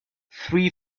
three